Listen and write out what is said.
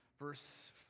verse